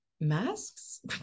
masks